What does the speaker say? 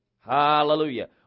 Hallelujah